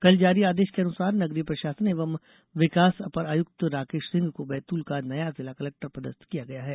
कल जारी आदेश के अनुसार नगरीय प्रशासन एवं विकास अपर आयुक्त राकेश सिंह को बैतूल का नया जिला कलेक्टर पदस्थ किया गया है